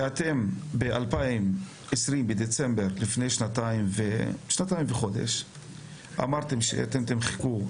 שאתם בדצמבר לפני שנתיים אמרתם שאתם תמחקו,